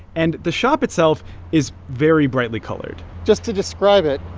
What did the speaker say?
and the shop itself is very brightly colored just to describe it,